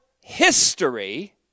history